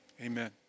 Amen